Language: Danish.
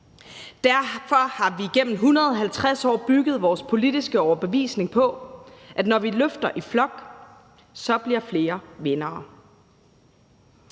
Derfor har vi igennem 150 år bygget vores politiske overbevisning på, at når vi løfter i flok, bliver flere vindere.